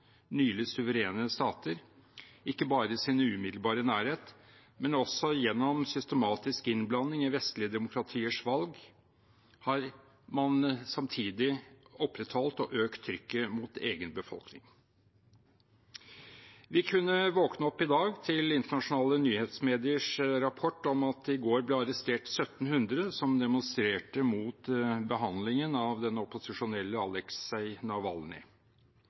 nylig suverene stater, ikke bare i deres umiddelbare nærhet, men også gjennom systematisk innblanding i vestlige demokratiers valg, har man opprettholdt og økt trykket mot egen befolkning. Vi kunne i dag våkne opp til internasjonale nyhetsmediers rapport om at det i går ble arrestert 1 700 som demonstrerte mot behandlingen av den opposisjonelle